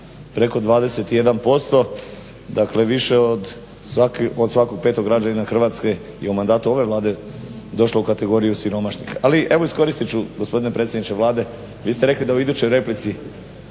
preko 21% dakle više od svakog petog građanina Hrvatske i u mandatu ove Vlade došlo u kategoriju siromašnih. Ali eto iskoristit ću predsjedniče Vlade vi ste rekli da u idućoj replici,